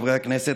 חברי הכנסת,